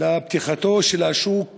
לפתיחתו של השוק הבדואי,